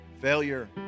failure